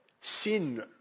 Sin